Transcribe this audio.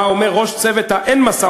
מה אומר ראש צוות האין-משא-ומתן,